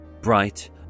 bright